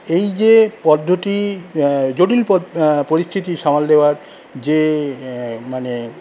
এই যে পদ্ধতি জটিল পরিস্থিতি সামাল দেওয়ার যে মানে